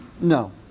No